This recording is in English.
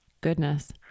Goodness